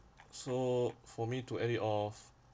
so for me to end it off